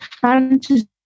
fantasy